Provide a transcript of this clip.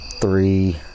three